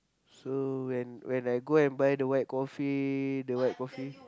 so when when I go and buy the white coffee the white coffee